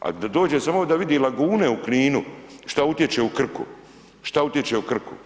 a dođe samo da vidi lagune u Kninu šta utječe u Krku, šta utječe u Krku.